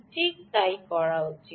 ঠিক তাই করা উচিত